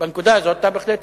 בנקודה הזאת אתה בהחלט צודק.